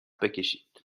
بکشید